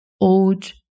old